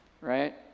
right